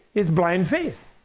is blind faith.